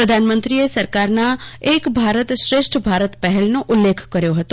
પ્રધાનમંત્રીએ સરકારના એક ભારતશ્રેષ્ઠ ભારત પહેલનો ઉલ્લેખ કર્યો હતો